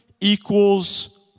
equals